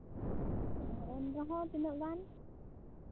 ᱮᱱ ᱨᱮᱦᱚᱸ ᱛᱤᱱᱟᱹᱜ ᱜᱟᱱ